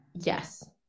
Yes